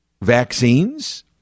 vaccines